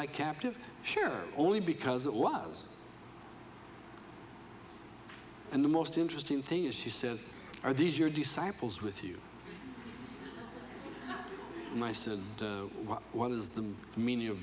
like captive sure only because it was and the most interesting thing is she says are these your disciples with you mice and what is the meani